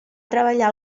treballar